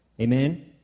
Amen